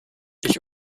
ich